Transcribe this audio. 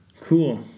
Cool